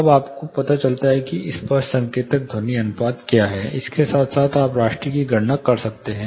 तब आपको पता चलता है कि स्पष्ट संकेतित ध्वनि अनुपात क्या है इसके साथ आप RASTI की गणना कर सकते हैं